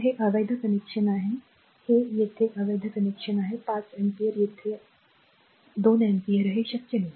तर हे अवैध कनेक्शन आहे हे येथे अवैध कनेक्शन आहे 5 अँपिअर येथे ते 2 अँपिअर आहे हे शक्य नाही